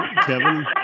Kevin